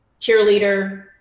cheerleader